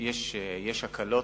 יש הקלות,